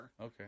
Okay